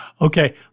Okay